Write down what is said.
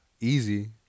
easy